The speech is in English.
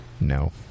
no